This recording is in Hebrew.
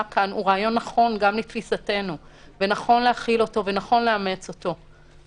חשבנו שצריך להציע גם אישור של הכנסת של ההכרזות.